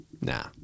nah